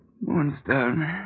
Moonstone